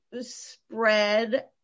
spread